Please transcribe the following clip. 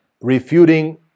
refuting